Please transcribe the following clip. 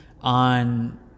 on